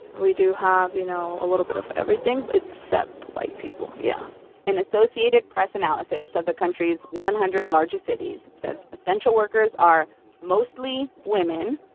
we do have, you know, a little bit of everything except white people, yeah an associated press analysis of the country's one hundred largest cities says essential workers are mostly women,